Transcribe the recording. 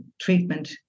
treatment